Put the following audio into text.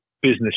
business